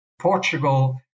Portugal